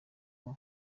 nka